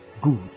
Good